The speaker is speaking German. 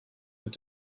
mit